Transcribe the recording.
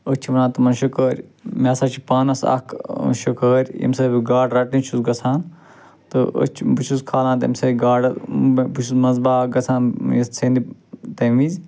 أسۍ چھِ ونان تِمن شکٲرۍ مےٚ ہسا چھُ پانس اکھ شُکٲرۍ ییٚمہِ سۭتۍ بہٕ گاڈٕ رٹٕنہِ چھُس گژھان تہٕ أسۍ چھِ بہٕ چھُس کھالان تمہِ سۭتۍ گاڈٕ بہٕ چھُس منٛزٕ باگ گژھان یَتھ سٮ۪نٛدِ تمہِ وِزِ